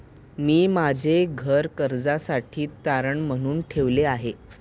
मी माझे घर कर्जासाठी तारण म्हणून ठेवले आहे